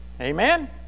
Amen